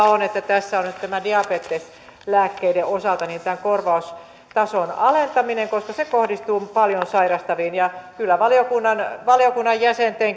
on että tässä on nyt diabeteslääkkeiden osalta tämän korvaustason alentaminen koska se kohdistuu paljon sairastaviin kyllä varmaankin valiokunnan jäsenten